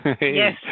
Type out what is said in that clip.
Yes